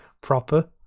proper